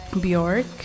Bjork